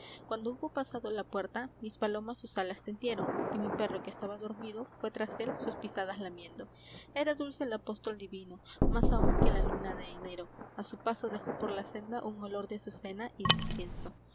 cuando hubo pasado la puerta mis palomas sus alas tendieron y mi perro que estaba dormido fue tras él sus pisadas lamiendo era dulce el apóstol divino más aún que la luna de enero a su paso dejó por la senda un olor de azucena y de incienso